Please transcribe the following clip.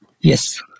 Yes